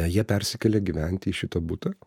jie persikėlė gyventi į šitą butą